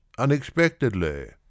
UNEXPECTEDLY